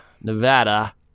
Nevada